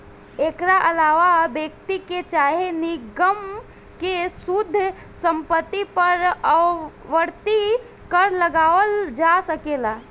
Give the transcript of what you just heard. एकरा आलावा व्यक्ति के चाहे निगम के शुद्ध संपत्ति पर आवर्ती कर लगावल जा सकेला